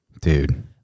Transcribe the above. Dude